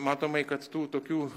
matomai kad tų tokių